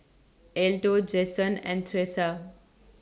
Alto Jasen and Thresa